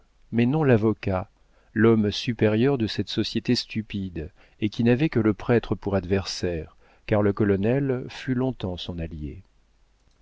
mais non l'avocat l'homme supérieur de cette société stupide et qui n'avait que le prêtre pour adversaire car le colonel fut long-temps son allié